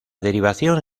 derivación